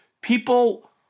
people